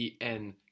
EN